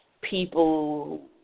people